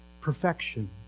perfection